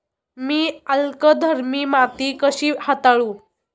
मी अल्कधर्मी माती कशी हाताळू?